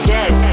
Dead